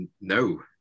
no